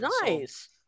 nice